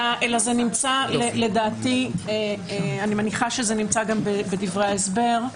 אלא אני מניחה שזה גם נמצא בדברי ההסבר.